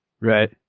right